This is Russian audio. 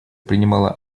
принимала